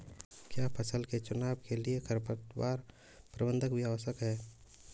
क्या फसल के चुनाव के लिए खरपतवार प्रबंधन भी आवश्यक है?